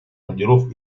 ордеров